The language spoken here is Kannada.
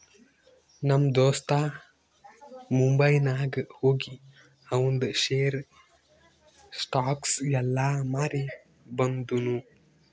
ನಮ್ ದೋಸ್ತ ಮುಂಬೈನಾಗ್ ಹೋಗಿ ಆವಂದ್ ಶೇರ್, ಸ್ಟಾಕ್ಸ್ ಎಲ್ಲಾ ಮಾರಿ ಬಂದುನ್